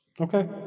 Okay